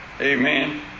Amen